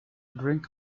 drink